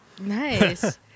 Nice